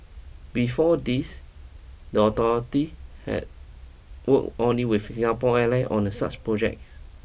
before this the authority had worked only with Singapore Airlines on the such projects